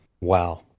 Wow